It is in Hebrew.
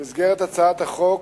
במסגרת הצעת החוק,